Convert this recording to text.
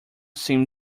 seem